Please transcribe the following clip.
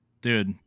dude